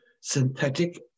synthetic